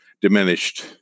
diminished